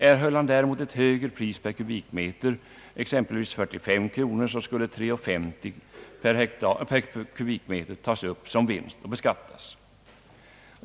Om han däremot skulle erhålla ett högre pris, exempelvis högst 5 kronor, skulle 3:50 per kubikmeter tas upp som vinst och beskattas.